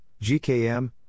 GKM